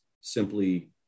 simply